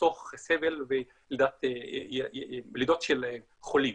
ויחסוך סבל ולידות של חולים.